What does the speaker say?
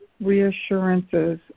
reassurances